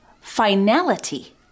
finality